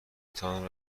تان